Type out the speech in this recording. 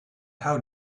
how